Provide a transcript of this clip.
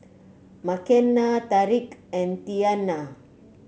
Makenna Tariq and Tianna